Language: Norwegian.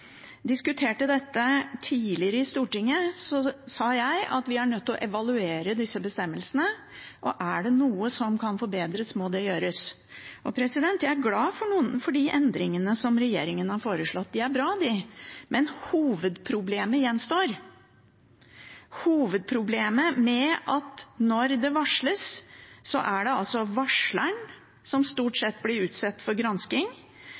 diskuterte dette tidligere i Stortinget, sa jeg at vi er nødt til å evaluere disse bestemmelsene, og er det noe som kan forbedres, må det gjøres. Jeg er glad for endringene regjeringen har foreslått. De er bra, de, men hovedproblemet gjenstår. Hovedproblemet er at når det varsles, er det varsleren som stort sett blir utsatt for